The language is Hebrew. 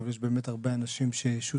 אבל יש הרבה אנשים ששותפים.